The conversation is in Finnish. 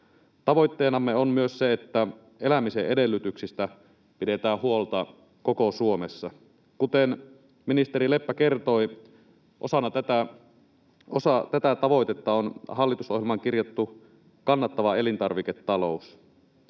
Tavoitteenamme on myös se, että elämisen edellytyksistä pidetään huolta koko Suomessa. Kuten ministeri Leppä kertoi, osa tätä tavoitetta on hallitusohjelmaan kirjattu kannattava elintarviketalous.